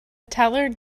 teller